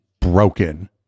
broken